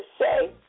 say